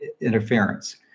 interference